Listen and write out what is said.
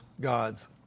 God's